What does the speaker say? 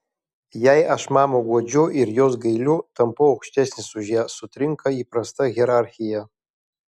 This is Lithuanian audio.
jei aš mamą guodžiu ir jos gailiu tampu aukštesnis už ją sutrinka įprasta hierarchija